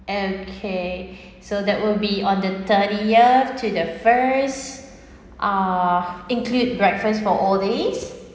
okay so that will be on the thirtieth to the first uh include breakfast for all days